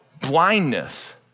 blindness